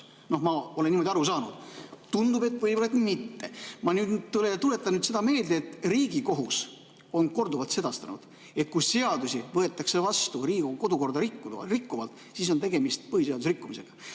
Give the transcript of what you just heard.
Ma olen niimoodi aru saanud. Tundub, et võib-olla see nii ei ole. Ma tuletan nüüd seda meelde, et Riigikohus on korduvalt sedastanud, et kui seadusi võetakse vastu Riigikogu kodukorda rikkuvalt, siis on tegemist põhiseaduse rikkumisega.